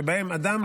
שבהן אדם,